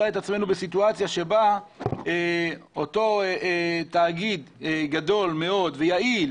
עצמו בסיטואציה שבה אותו תאגיד גדול מאוד ויעיל